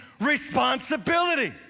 responsibility